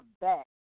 back